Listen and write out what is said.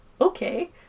okay